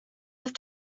have